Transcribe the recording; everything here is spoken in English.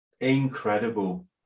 incredible